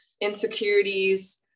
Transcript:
insecurities